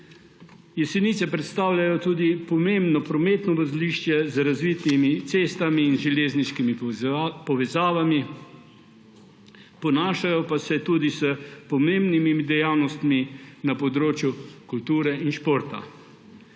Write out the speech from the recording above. Jesenice predstavljajo tudi pomembno prometno vozlišče z razvitimi cestami in železniški povezavami, ponašajo pa se tudi s pomembnimi dejavnostmi na področju kulture in športa.